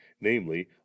namely